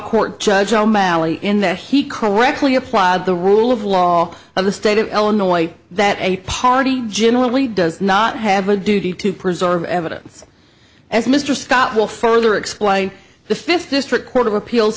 court judge o'malley in that he correctly applied the rule of law of the state of illinois that a party generally does not have a duty to preserve evidence as mr scott will further explain the fifth district court of appeals